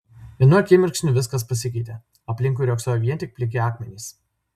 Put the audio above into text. vienu akimirksniu viskas pasikeitė aplinkui riogsojo vien tik pliki akmenys